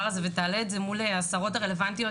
הזה ותעלה את זה מול השרות הרלוונטיות,